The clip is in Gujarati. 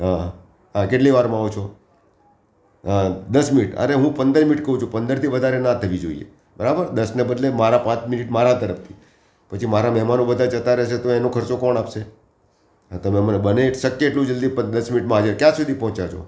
હં હા કેટલી વારમાં આવો છો હા દસ મિનિટ અરે હું પંદર મિનિટ કહં છું પંદરથી વધારે ના થવી જોઈએ બરાબર દસના બદલે મારા પાંચ મિનિટ મારા તરફથી પછી મારે મહેમાનો બધા જતા રહેેશે તો એનો ખર્ચો કોણ આપશે હા તમે બને એટલું શક્ય એટલું જલ્દી દસ મિનિટમાં હાજર ક્યાં સુધી પહોંચ્યા છો